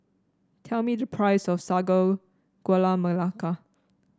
tell me the price of Sago Gula Melaka